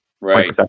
Right